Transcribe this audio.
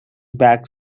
back